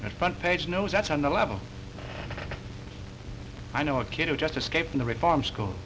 and front page knows that's on the level i know a kid who just escaped from the reform school